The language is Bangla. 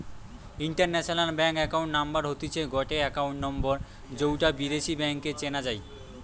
ইন্টারন্যাশনাল ব্যাংক একাউন্ট নাম্বার হতিছে গটে একাউন্ট নম্বর যৌটা বিদেশী ব্যাংকে চেনা যাই